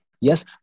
Yes